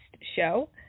show